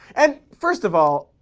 and. first of all,